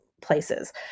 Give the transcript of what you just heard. places